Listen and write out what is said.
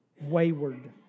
wayward